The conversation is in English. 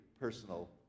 personal